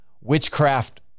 Witchcraft